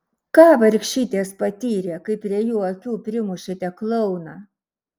ką vargšytės patyrė kai prie jų akių primušėte klouną